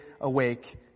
awake